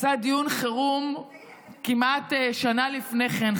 עשה דיון חירום כמעט שנה לפני כן,